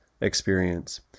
experience